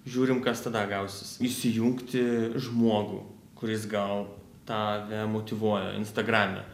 žiūrim kas tada gausis įsijungti žmogų kuris gal tave motyvuoja instagrame